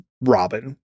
Robin